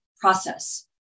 process